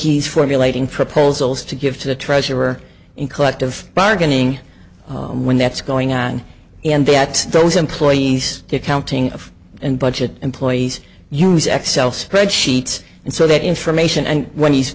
he's formulating proposals to give to the treasurer in collective bargaining when that's going on and that those employees the accounting of and budget employees use excel spreadsheets and so that information and when he's